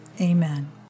Amen